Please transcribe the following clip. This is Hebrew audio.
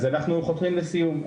אז אנחנו חותרים לסיום.